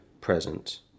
present